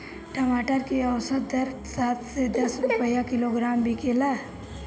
टमाटर के औसत दर सात से दस रुपया किलोग्राम बिकला?